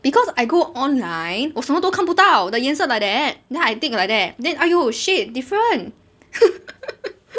because I go online 我什么都看不到的颜色 like that then I take like that then !aiyo! shade different